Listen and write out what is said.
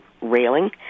railing